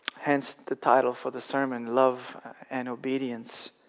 hence the title for the sermon love and obedience.